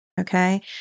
Okay